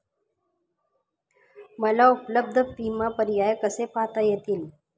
मला उपलब्ध विमा पर्याय कसे पाहता येतील?